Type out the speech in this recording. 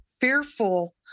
fearful